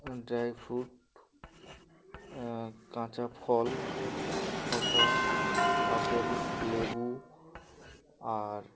dry fruit কাঁচা ফল শসা আপেল লেবু আর